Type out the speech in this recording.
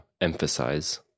emphasize